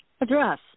address